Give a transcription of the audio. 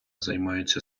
займаються